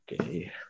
Okay